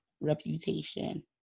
Reputation